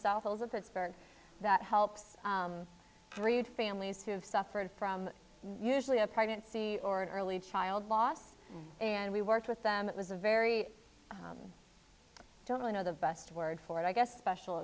wales of pittsburgh that helps breed families who have suffered from usually a pregnancy or an early child loss and we worked with them it was a very i don't really know the best word for it i guess special